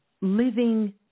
living